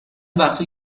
وقتا